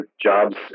jobs